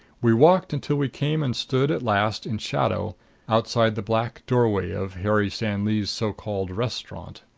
we walked until we came and stood at last in shadow outside the black doorway of harry san li's so-called restaurant.